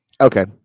Okay